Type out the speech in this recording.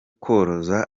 koroza